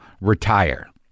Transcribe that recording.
retire